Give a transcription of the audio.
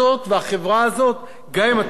גם אם אתה משלם באופן אישי.